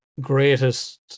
greatest